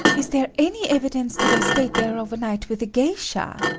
is there any evidence that i stayed there over night with a geisha?